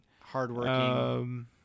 Hard-working